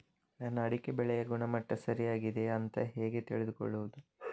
ನನ್ನ ಅಡಿಕೆ ಬೆಳೆಯ ಗುಣಮಟ್ಟ ಸರಿಯಾಗಿ ಇದೆಯಾ ಅಂತ ಹೇಗೆ ತಿಳಿದುಕೊಳ್ಳುವುದು?